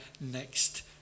next